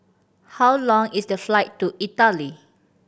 how long is the flight to Italy